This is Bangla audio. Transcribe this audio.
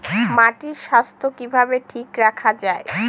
মাটির স্বাস্থ্য কিভাবে ঠিক রাখা যায়?